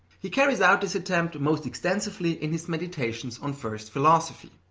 he carries out his attempt most extensively in his meditations on first philosophy.